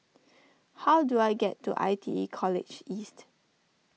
how do I get to I T E College East